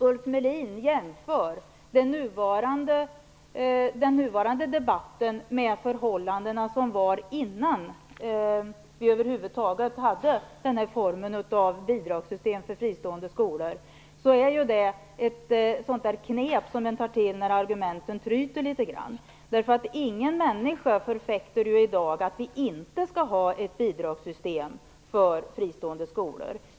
Ulf Melins sätt att jämföra den nuvarande debatten med de förhållanden som rådde innan vi över huvud taget hade den nuvarande formen av bidragssystem för fristående skolor är ett knep som man tar till när argumenten tryter litet grand. Ingen människa förfäktar ju i dag att vi inte skall ha ett bidragssystem för fristående skolor.